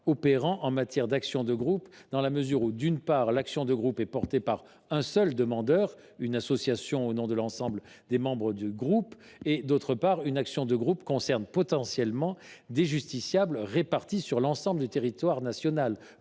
opérant en matière d’action de groupe dans la mesure où, d’une part, l’action de groupe est portée par un seul demandeur – une association au nom de l’ensemble des membres du groupe – et, d’autre part, elle concerne potentiellement des justiciables répartis sur l’ensemble du territoire national,